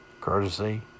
courtesy